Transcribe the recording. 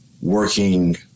working